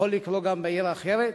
יכול לקרות גם בעיר אחרת.